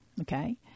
Okay